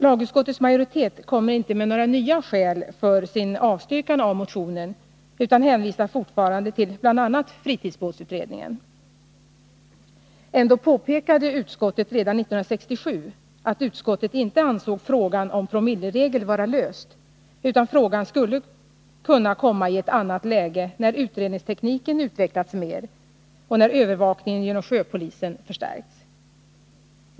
Lagutskottets majoritet kommer inte med några nya skäl för sin avstyrkan av motionen utan hänvisar fortfarande till bl.a. fritidsbåtsutredningen. Redan 1967 påpekade utskottet att de inte ansåg frågan om promilleregeln vara löst, utan frågan skulle kunna komma i ett annat läge när utredningstekniken utvecklats mer och när övervakningen genom sjöpolisen förstärkts.